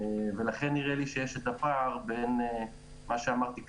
ולכן נראה לי שיש את הפער בין מה שאמרתי כרגע,